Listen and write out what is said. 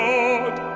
Lord